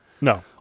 No